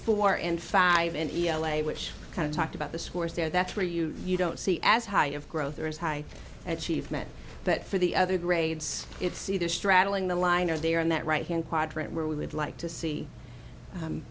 four and five n t l a which kind of talked about the scores there that's where you don't see as high of growth there is high achievement but for the other grades it's either straddling the line or they are in that right hand quadrant where we would like to see